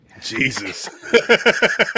Jesus